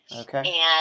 Okay